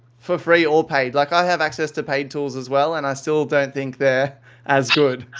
for free or paid. like i have access to paid tools as well and i still don't think they're as good.